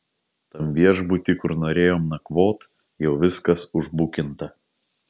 tam viešbuty kur norėjom nakvot jau viskas užbukinta